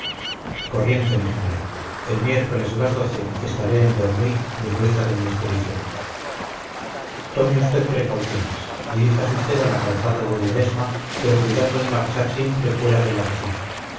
corriente mi general el miércoles a las doce estaré en bernuy de vuelta de mi expedición tome usted precauciones diríjase usted a la calzada de ledesma pero cuidando de marchar siempre fuera del arrecife